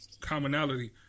Commonality